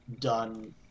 done